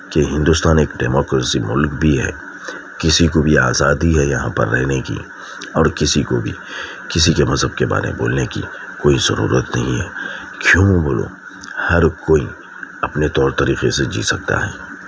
کہ ہندوستان ایک ڈیموکریسی ملک بھی ہے کسی کو بھی آزادی ہے یہاں پر رہنے کی اور کسی کو بھی کسی کے مذہب کے بارے میں بولنے کی کوئی ضرورت نہیں ہے کیوں بولو ہر کوئی اپنے طور طریقے سے جی سکتا ہے